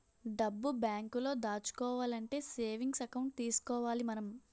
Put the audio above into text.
డబ్బు బేంకులో దాచుకోవాలంటే సేవింగ్స్ ఎకౌంట్ తీసుకోవాలి మనం